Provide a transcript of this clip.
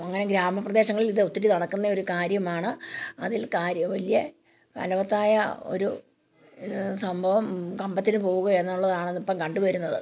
അങ്ങനെ ഗ്രാമപ്രദേശങ്ങളിൽ ഇതൊത്തിരി നടക്കുന്ന ഒരു കാര്യമാണ് അതിൽ കാര്യവുമില്ല ഫലവത്തായ ഒരു സംഭവം കമ്പത്തിന് പോവുക എന്നുള്ളതാണെന്ന് ഇപ്പം കണ്ടു വരുന്നത്